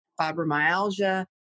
fibromyalgia